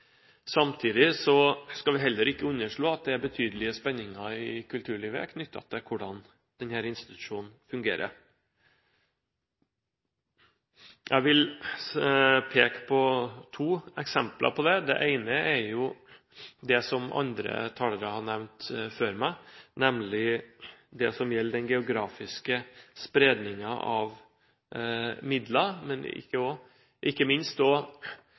Samtidig skal vi heller ikke underslå at det er betydelige spenninger i kulturlivet knyttet til hvordan denne institusjonen fungerer. Jeg vil peke på to eksempler på det. Det ene er jo det som andre talere har nevnt før meg, nemlig det som gjelder den geografiske spredningen av midler, og ikke minst